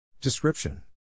description